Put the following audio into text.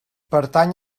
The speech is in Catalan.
pertany